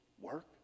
Work